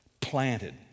planted